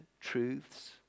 truths